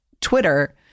Twitter